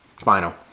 final